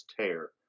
tear